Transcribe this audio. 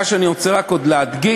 מה שאני רוצה רק עוד להדגיש,